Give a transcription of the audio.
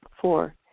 Four